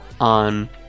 on